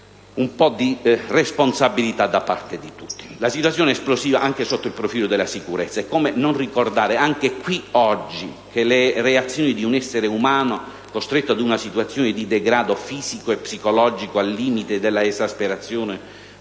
un po' di responsabilità da parte di tutti. La situazione è esplosiva anche sotto il profilo della sicurezza: come non ricordare anche oggi in questa sede che le reazioni di un essere umano costretto ad una situazione di degrado fisico e psicologico, al limite della esasperazione,